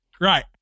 Right